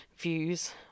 views